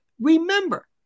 remember